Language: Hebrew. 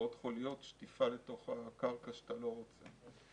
בקרקעות חוליות שטיפה לתוך הקרקע ואת זה אתה לא רוצה.